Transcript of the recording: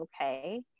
okay